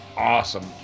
awesome